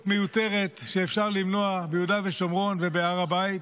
מיותרת שאפשר למנוע ביהודה ושומרון ובהר הבית